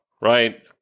right